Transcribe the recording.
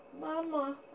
Mama